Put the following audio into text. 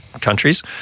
countries